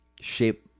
shape